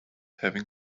having